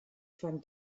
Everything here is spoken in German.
van